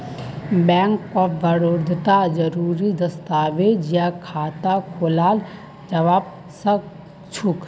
bank of बड़ौदात जरुरी दस्तावेज स खाता खोलाल जबा सखछेक